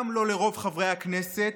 גם לא לרוב חברי הכנסת,